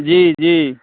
जी जी